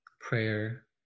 prayer